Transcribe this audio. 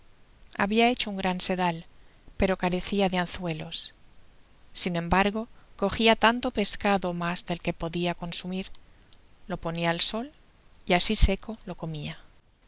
habia hecho un gran sedal pero carecia de anzuelos sin embargo cogia tanto pescado ó mas del que podia consumir lo ponia al sol y asi seco lo comia